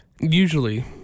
usually